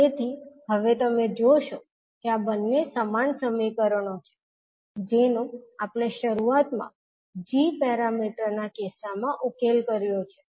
તેથી હવે તમે જોશો કે આ બંને સમાન સમીકરણો છે જેનો આપણે શરૂઆતમાં g પેરામીટર ના કિસ્સામાં ઉલ્લેખ કર્યો છે